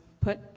put